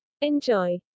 Enjoy